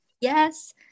Yes